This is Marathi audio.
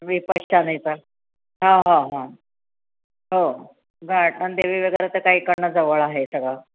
विपश्यनेचा हा हा हा हो घाटनदेवी वगैरे तर काय इकडून जवळ आहे सगळं